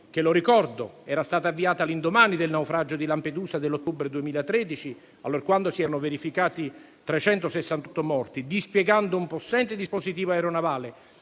che - lo ricordo - era stata avviata all'indomani del naufragio di Lampedusa dell'ottobre 2013 che aveva causato 368 morti, dispiegando un possente dispositivo aeronavale